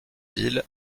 ville